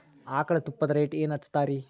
ಆಕಳ ತುಪ್ಪದ ರೇಟ್ ಏನ ಹಚ್ಚತೀರಿ?